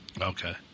Okay